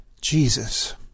Jesus